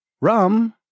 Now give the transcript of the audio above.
rum